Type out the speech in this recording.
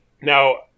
Now